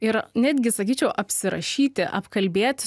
ir netgi sakyčiau apsirašyti apkalbėti